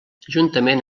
juntament